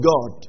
God